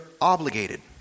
obligated